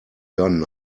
gone